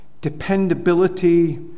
dependability